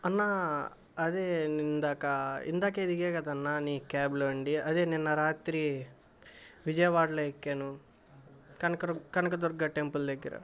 అన్నా అదే నేను ఇందాక ఇందాకే దిగాను కదన్నా నీ క్యాబ్లో నుండి నేను అదే నిన్న రాత్రి విజయవాడలో ఎక్కాను కనక కనకదుర్గ టెంపుల్ దగ్గర